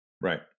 Right